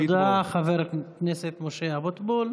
תודה, חבר הכנסת משה אבוטבול.